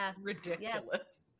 ridiculous